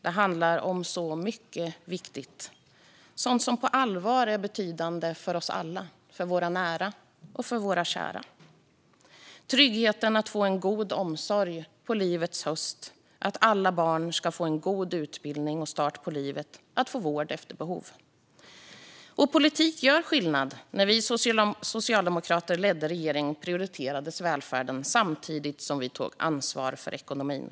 Det handlar om så mycket viktigt, sådant som på allvar är betydelsefullt för oss alla och för våra nära och kära - tryggheten att få en god omsorg på livets höst, att alla barn ska få en god utbildning och start i livet och att få vård efter behov. Politik gör skillnad. När vi socialdemokrater ledde regeringen prioriterade vi välfärden samtidigt som vi tog ansvar för ekonomin.